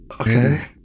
Okay